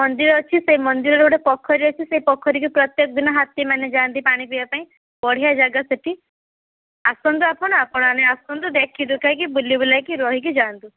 ମନ୍ଦିର ଅଛି ସେ ମନ୍ଦିରରେ ଗୋଟେ ପୋଖରୀ ଅଛି ସେ ପୋଖରୀକୁ ପ୍ରତ୍ୟେକ ଦିନ ହାତୀମାନେ ଯାଆନ୍ତି ପାଣି ପିଇବା ପାଇଁ ବଢ଼ିଆ ଜାଗା ସେଠି ଆସନ୍ତୁ ଆପଣ ଆପଣମାନେ ଆସନ୍ତୁ ଦେଖିଦୁଖାକି ବୁଲିବୁଲାକି ରହିକି ଯାଆନ୍ତୁ